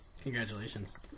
Congratulations